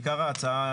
עיקר ההצעה,